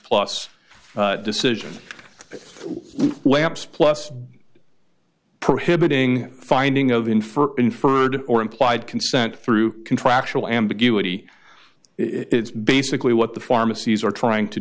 plus decision lamps plus prohibiting finding of infer inferred or implied consent through contractual ambiguity it's basically what the pharmacies are trying to